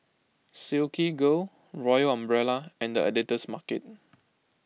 Silkygirl Royal Umbrella and the Editor's Market